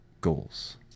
goals